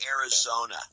Arizona